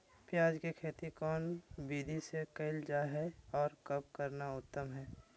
प्याज के खेती कौन विधि से कैल जा है, और कब करना उत्तम है?